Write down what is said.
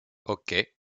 hockey